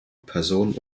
personen